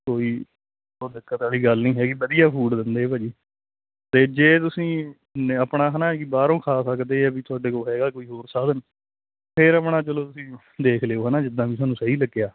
ਕੋਈ ਦਿੱਕਤ ਆਲੀ ਗੱਲ ਨੀ ਹੈਗੀ ਵਧੀਆ ਫੂਡ ਦਿੰਦੇ ਭਾਅ ਜੀ ਤੇ ਜੇ ਤੁਸੀਂ ਆਪਣਾ ਹਨਾ ਕੀ ਬਾਹਰੋਂ ਖਾ ਸਕਦੇ ਆ ਵੀ ਤੁਹਾਡੇ ਕੋਲ ਹੈਗਾ ਕੋਈ ਹੋਰ ਸਾਧਨ ਫਿਰ ਆਪਣਾ ਚਲੋ ਤੁਸੀਂ ਦੇਖ ਲਿਓ ਹਨਾ ਜਿੱਦਾਂ ਵੀ ਤੁਹਾਨੂੰ ਸਹੀ ਲੱਗਿਆ